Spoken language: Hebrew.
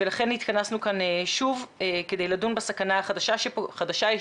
לכן התכנסנו כאן שוב כדי לדון בסכנה החדשה-ישנה